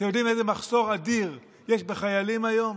אתם יודעים איזה מחסור אדיר יש בחיילים היום?